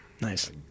Nice